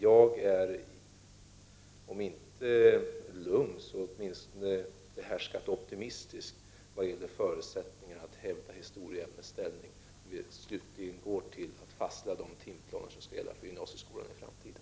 Jag är om inte lugn, så åtminstone behärskat optimistisk vad gäller förutsättningarna att hävda historieämnets ställning när vi slutligt går att fastställa de timplaner som skall gälla för gymnasieskolan i framtiden.